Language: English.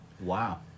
Wow